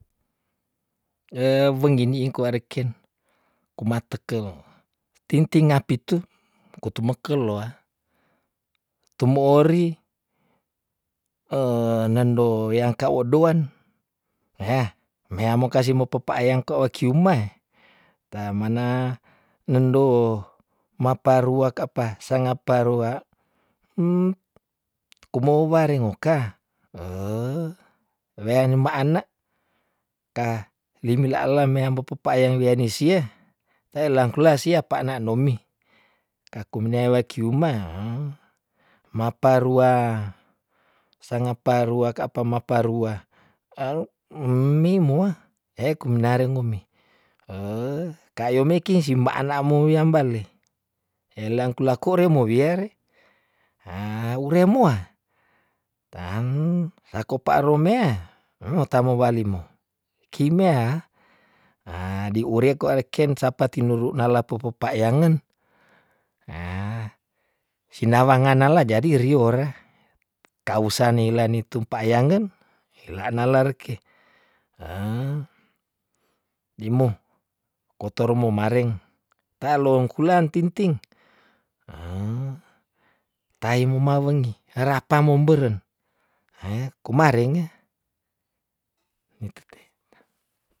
weng indi kwa reken, kuma tekel ting- ting apitu ku tum me keloa tu mo ori nando weang ko doan neah meamo kasi mo pe pa- ayang keo kium ma e, ta mana nendo maparua ka apa sa ngapa rua kumou warengo ka wea ni mba ana, ka limi la lam- mea mo pe payang lia ni sia taelang kula sia pa na nomi, kaku mnewe kiuma ah, mapa rua sangapa rua ka pa mapa rua meimo wah eh kume na re ngomi ka yo meking si mba ana mo wiam bale, helang kula ko re mowia re hah ure moah tang sako pa romea heh tamo walimo ki mea hah di ure kwa reken sapa tinuru nala pe pe pa yangen hah si na wanga nala jadi riore kausa neila ni tumpa ayangen hila na reke, heh dimo kotoro momareng ta lo ong kula tinting, heh tai mewa wengi rata memberen heh kumarenge, nitute.